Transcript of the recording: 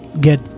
get